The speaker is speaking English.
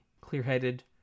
clear-headed